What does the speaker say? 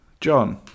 John